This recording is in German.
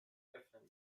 öffnen